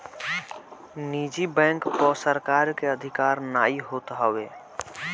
निजी बैंक पअ सरकार के अधिकार नाइ होत हवे